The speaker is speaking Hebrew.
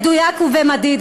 מדויק ומדיד,